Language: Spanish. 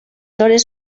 flores